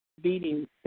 Beating